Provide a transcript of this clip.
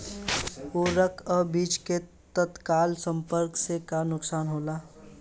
उर्वरक अ बीज के तत्काल संपर्क से का नुकसान होला?